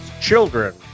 children